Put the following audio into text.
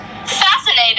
FASCINATING